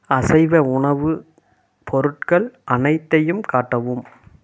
அசைவ உணவுப் பொருட்கள் அனைத்தையும் காட்டவும்